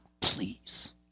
please